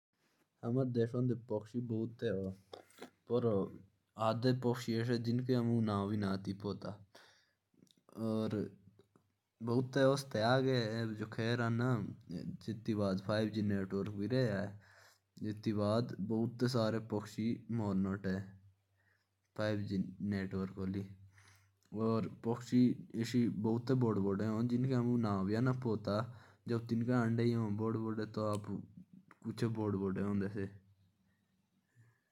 जो पक्षी होते ह। वो कोई से तो बहुत बड़े बड़े होते ह। और जो पाँच जी नेटवर्क्स ह इससे बहुत हानि पहुँचती। री पक्षियों को।